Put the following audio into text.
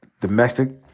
domestic